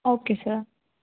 okay sir